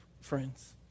friends